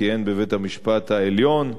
שכיהן בבית-המשפט העליון,